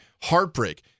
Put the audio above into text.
heartbreak